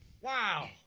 Wow